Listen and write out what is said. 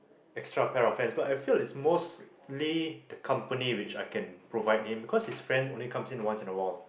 extra pair of hands but I feel it's most lay accompany which I can provide him because his friend only comes in only once a while